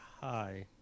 Hi